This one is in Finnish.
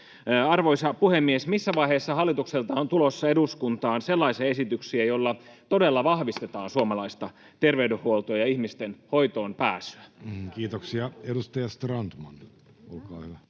koputtaa] Missä vaiheessa hallitukselta on tulossa eduskuntaan sellaisia esityksiä, joilla todella vahvistetaan suomalaista terveydenhuoltoa ja ihmisten hoitoonpääsyä? Kiitoksia. — Edustaja Strandman, olkaa hyvä.